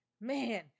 Man